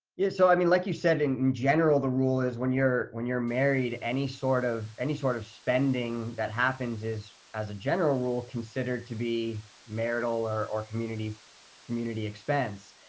yeah. so, i mean, like you said, in general, the rule is when you're when you're married, any sort of any sort of spending that happens is, as a general rule, considered to be marital or or community community expense.